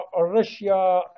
Russia